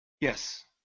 Yes